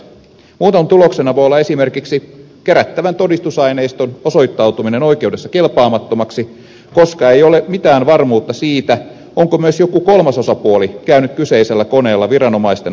muutoin tuloksena voi olla esimerkiksi kerättävän todistusaineiston osoittautuminen oikeudessa kelpaamattomaksi koska ei ole mitään varmuutta siitä onko myös joku kolmas osapuoli käynyt kyseisellä koneella viranomaisten avaaman aukon kautta